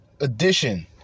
edition